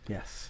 Yes